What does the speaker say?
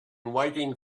waiting